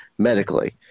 Medically